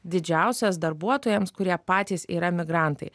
didžiausias darbuotojams kurie patys yra migrantai